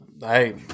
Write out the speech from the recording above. Hey